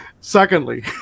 Secondly